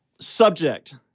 Subject